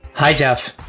hi, jeff.